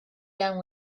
down